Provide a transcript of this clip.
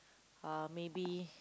uh maybe